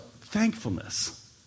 thankfulness